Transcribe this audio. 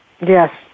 Yes